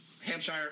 Hampshire